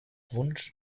wunsch